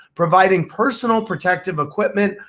providing personal protective equipment,